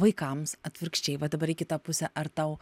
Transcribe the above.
vaikams atvirkščiai va dabar į kitą pusę ar tau